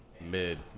mid